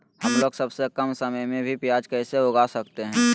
हमलोग सबसे कम समय में भी प्याज कैसे उगा सकते हैं?